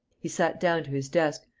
he sat down to his desk,